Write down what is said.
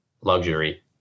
luxury